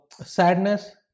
sadness